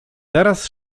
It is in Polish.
teraz